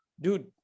dude